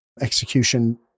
execution